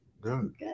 good